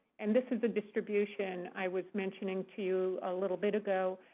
and this is the distribution i was mentioning to you a little bit ago.